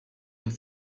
und